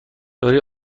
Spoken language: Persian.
دوره